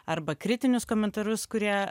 arba kritinius komentarus kurie